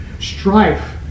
Strife